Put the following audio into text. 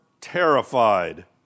terrified